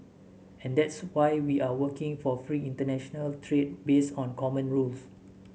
and that's why we are working for free international trade based on common rules